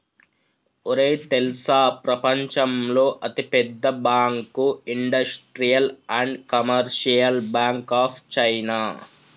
ఒరేయ్ తెల్సా ప్రపంచంలో అతి పెద్ద bank industrial and commercial bank of China